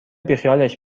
بیخیالش